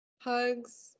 hugs